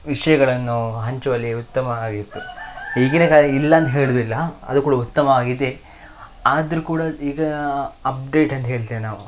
ವಿಷಯಗಳನ್ನು ಹಂಚುವಲ್ಲಿ ಉತ್ತಮ ಆಗಿತ್ತು ಈಗಿನ ಕಾಲ ಇಲ್ಲಾಂತ ಹೇಳೋದಿಲ್ಲ ಅದು ಕೂಡ ಉತ್ತಮ ಆಗಿದೆ ಆದ್ರು ಕೂಡ ಈಗ ಅಪ್ಡೇಟ್ ಅಂತ ಹೇಳ್ತೇವೆ ನಾವು